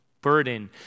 burden